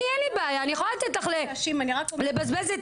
אני אין לי בעיה אני יכולה לתת לך לבזבז את